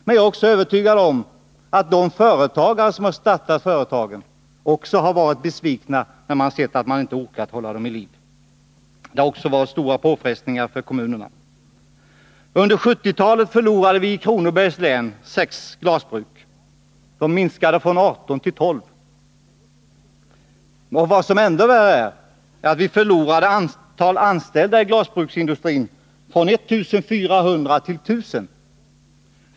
Men jag är övertygad om att också de företagare som startat de här industrierna har blivit besvikna, när de sett att de inte orkat hålla dem vid liv. Det har också varit stora påfrestningar för kommunerna. Under 1970-talet förlorade vi i Kronobergs län 6 glasbruk. Antalet minskade från 18 till 12. Än värre var, att vi fick en minskning av antalet anställda i glasbruksindustrin från 1 400 till 1.000.